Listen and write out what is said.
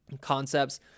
concepts